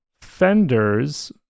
fenders